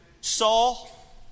Saul